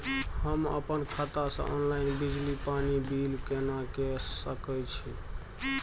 हम अपन खाता से ऑनलाइन बिजली पानी बिल केना के सकै छी?